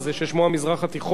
לא חלילה אזרחי ישראל,